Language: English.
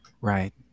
Right